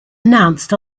announced